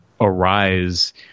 arise